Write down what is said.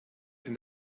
and